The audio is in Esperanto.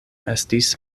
estis